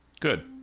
Good